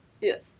Yes